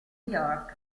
york